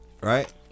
Right